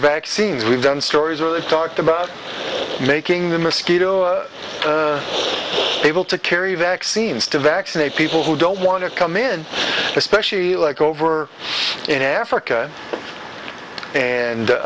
vaccines we've done stories really talked about making the mosquito able to carry vaccines to vaccinate people who don't want to come in especially like over in africa and othe